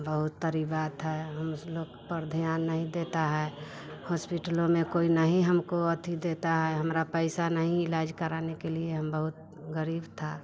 बहुत तरी बात है हम लोगों पर ध्यान नहीं देता है होस्पिटलों में कोई नहीं है हमको अथी देता है हमरा पैसा नहीं है इलाज कराने के लिए हम बहुत गरीब था